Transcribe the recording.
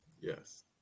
yes